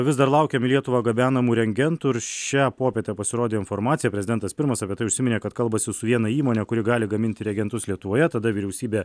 vis dar laukiam į lietuvą gabenamų reagentų ir šią popietę pasirodė informacija prezidentas pirmas apie tai užsiminė kad kalbasi su viena įmone kuri gali gaminti reagentus lietuvoje tada vyriausybė